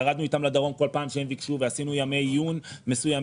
ירדנו איתם לדרום כל פעם שהם ביקשו ועשינו ימי עיון מסוימים.